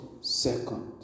second